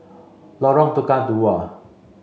Lorong Tukang Dua